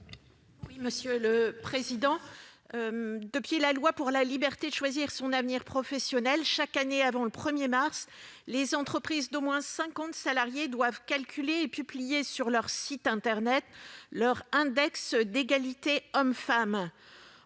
Mme Martine Filleul. Depuis la loi pour la liberté de choisir son avenir professionnel, chaque année, avant le 1 mars, les entreprises d'au moins cinquante salariés doivent calculer et publier sur leur site internet leur index de l'égalité salariale